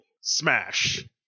Smash